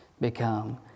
Become